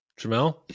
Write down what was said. Jamel